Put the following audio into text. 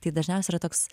tai dažniausiai yra toks